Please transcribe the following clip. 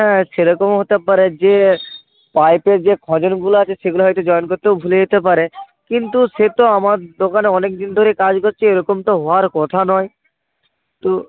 হ্যাঁ সেরকমও হতে পারে যে পাইপে যে খজরগুলো আছে সেগুলো হয়তো জয়েন করতেও ভুলে যেতে পারে কিন্তু সে তো আমার দোকানে অনেকদিন ধরে কাজ করছে এরকম তো হওয়ার কথা নয় তো